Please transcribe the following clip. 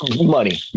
money